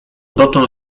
dotąd